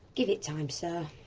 give it time, sir,